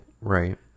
right